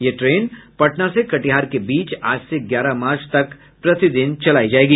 यह ट्रेन पटना से कटिहार के बीच आज से ग्यारह मार्च तक प्रति दिन चलायी जायेगी